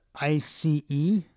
ICE